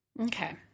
Okay